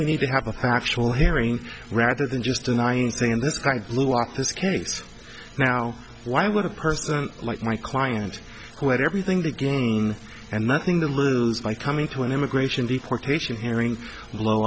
we need to have a factual hearing rather than just denying anything in this kind of blew up this case now why would a person like my client who had everything to gain and nothing to lose by coming to an immigration deportation hearing